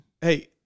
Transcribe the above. Hey